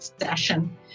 session